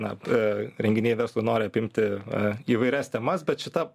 na a renginiai verslui nori apimti a įvairias temas bet šita